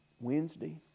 Wednesday